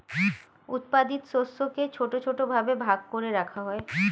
উৎপাদিত শস্যকে ছোট ছোট ভাবে ভাগ করে রাখা হয়